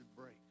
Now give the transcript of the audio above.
break